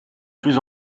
plus